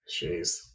Jeez